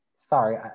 sorry